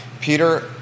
Peter